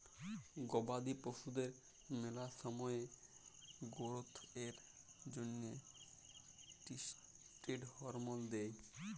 গবাদি পশুদের ম্যালা সময়তে গোরোথ এর জ্যনহে ষ্টিরেড হরমল দেই